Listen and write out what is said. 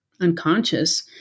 unconscious